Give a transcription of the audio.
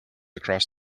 across